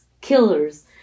killers